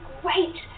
great